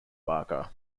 barker